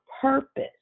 purpose